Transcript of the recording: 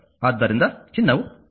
ಆದ್ದರಿಂದ ಚಿನ್ನವು 2